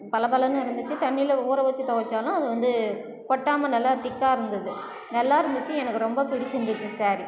பளபளன்னு இருந்துச்சு தண்ணியில் ஊற வச்சு துவச்சாலும் அது வந்து கொட்டாமல் நல்லா திக்காக இருந்துது நல்லாயிருந்துச்சு எனக்கு ரொம்ப பிடிச்சிருந்துச்சு ஸாரி